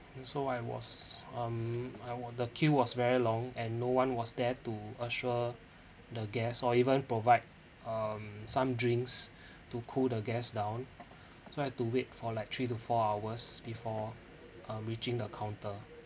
so I was um I wa~ the queue was very long and no one was there to assure the guests or even provide um some drinks to cool the guests down so I have to wait for like three to four hours before uh reaching the counter